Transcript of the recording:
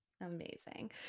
amazing